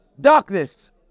darkness